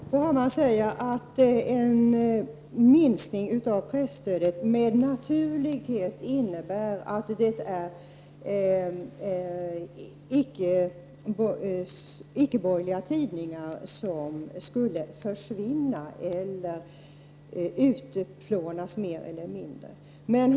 Herr talman! Bo Hammar säger att en minskning av presstödet med naturlighet innebär att icke borgerliga tidningar skulle försvinna eller mer eller mindre utplånas.